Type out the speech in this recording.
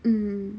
mm